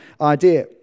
idea